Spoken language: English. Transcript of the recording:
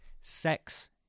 sex